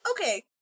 okay